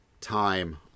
time